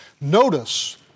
Notice